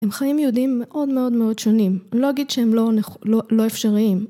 הם חיים יהודים מאוד מאוד מאוד שונים אני לא אגיד שהם לא אפשריים